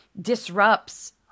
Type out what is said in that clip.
disrupts